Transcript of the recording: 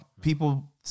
people